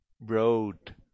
road